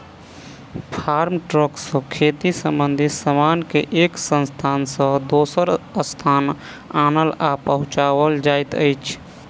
farm truck सॅ खेती संबंधित सामान के एक स्थान सॅ दोसर स्थान आनल आ पहुँचाओल जाइत अछि